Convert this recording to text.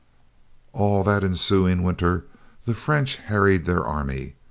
all that ensuing winter the french harried their army.